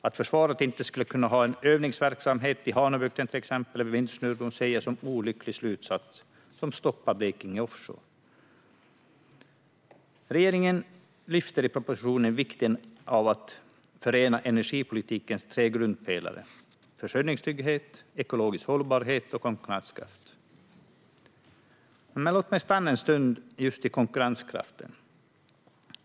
Att försvaret inte skulle kunna ha en övningsverksamhet i till exempel Hanöbukten om det fanns vindsnurror där ser jag som en olycklig slutsats som stoppar Blekinge Offshore. Regeringen lyfter i propositionen vikten av att förena energipolitikens tre grundpelare: försörjningstrygghet, ekologisk hållbarhet och konkurrenskraft. Låt mig stanna en stund just vid konkurrenskraften.